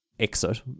Exit